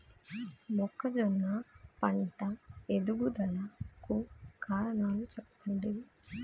మొక్కజొన్న పంట ఎదుగుదల కు కారణాలు చెప్పండి?